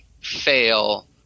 fail